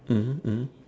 mmhmm mmhmm